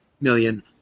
million